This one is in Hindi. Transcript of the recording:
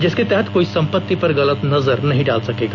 जिसके तहत कोई संपत्ति पर गलत नजर नहीं डाल सकेगा